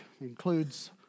includes